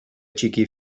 txiki